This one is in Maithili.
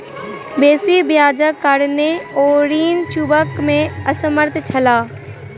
बेसी ब्याजक कारणेँ ओ ऋण चुकबअ में असमर्थ छला